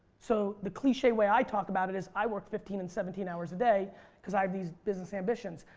so the cliche way i talk about it is i work fifteen and seventeen hours a day because i have these business ambitions.